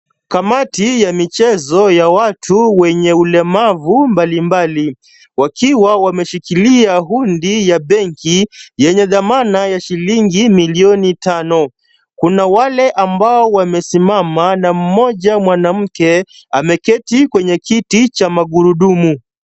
Kamati ya michezo ya watu wenye ulemavu mbali mbali, wakiwa wameshikilia hundi ya benki yenye dhamana ya shilingi milioni tano. Kuna wale ambao wamesimama na mmoja mwanamke ameketi kwenye kiti cha magurudumu.